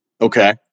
Okay